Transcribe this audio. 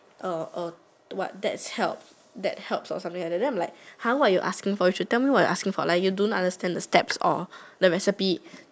what that helps that helps or something like that then I'm like !huh! what you asking for you should tell me what you asking for like you don't understand the steps or the recipe